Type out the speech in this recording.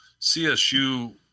CSU